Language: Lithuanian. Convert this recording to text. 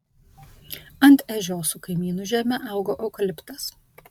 ant ežios su kaimynų žeme augo eukaliptas